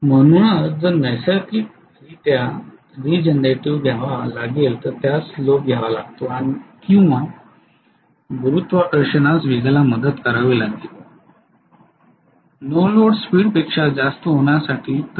म्हणूनच जर नैसर्गिकरित्या रिजनरेटिव घ्यावा लागेल तर त्यास स्लोप घ्यावा लागतो किंवा गुरुत्वाकर्षणाला नो लोड स्पीड पेक्षा जास्त होण्यासाठी गती साठी मदत करावी लागेल